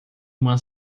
uma